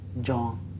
John